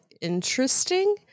interesting